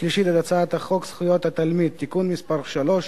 שלישית את הצעת חוק זכויות התלמיד (תיקון מס' 3),